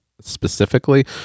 specifically